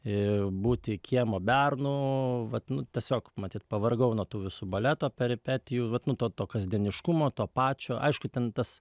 ir būti kiemo bernu vat nu tiesiog matyt pavargau nuo tų visų baleto peripetijų vat nuo to kasdieniškumo to pačio aišku ten tas